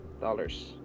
dollars